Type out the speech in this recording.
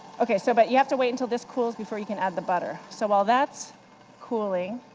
ok, so but you have to wait until this cools before you can add the butter. so while that's cooling,